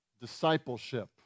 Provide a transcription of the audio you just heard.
Discipleship